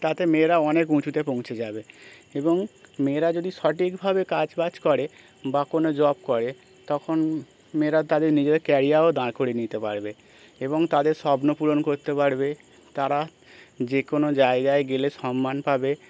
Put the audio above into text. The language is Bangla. তাতে মেয়েরা অনেক উঁচুতে পৌঁছে যাবে এবং মেয়েরা যদি সঠিকভাবে কাজবাজ করে বা কোনো জব করে তখন মেয়েরা তাদের নিজেদের ক্যারিয়ার দঁড়ি নিতে পারবে এবং তাদের স্বপ্ন পূরণ করতে পারবে তারা যে কোনো জায়গায় গেলে সম্মান পাবে